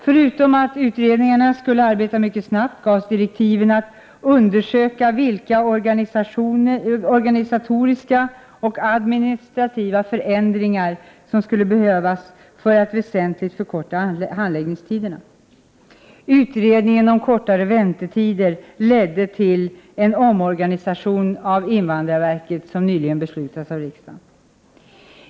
Förutom att utredningarna skulle arbeta mycket snabbt, gavs direktiven att de skulle undersöka vilka organisatoriska och administrativa förändringar som skulle behövas för att väsentligt förkorta handläggningstiderna. Utredningen om kortare väntetider ledde till en omorganisation av invandrarverket, vilket riksdagen nyligen fattat beslut om.